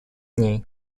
ней